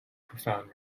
profound